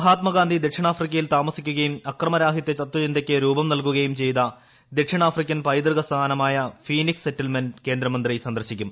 മഹാത്മാഗാന്ധി ദക്ഷിണാഫ്രിക്കയിൽ താമസിക്കുകയും അക്രമരാഹിത്യ തതചിന്തയ്ക്ക് രൂപം നല്കുകയും ചെയ്ത ദക്ഷിണാഫ്രിക്കൻ പൈതൃക സ്ഥാനമായ ഫീനിക്സ് സെറ്റിൽമെന്റ് കേന്ദ്രമന്ത്രി സന്ദർശിക്കും